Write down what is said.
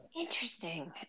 Interesting